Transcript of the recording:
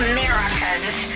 Americans